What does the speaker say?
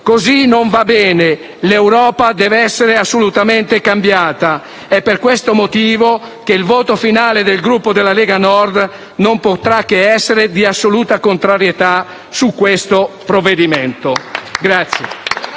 Così non va bene; l'Europa deve essere assolutamente cambiata. È per questo motivo che il voto finale del Gruppo della Lega Nord non potrà che essere di assoluta contrarietà su questo provvedimento.